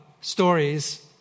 stories